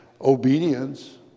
obedience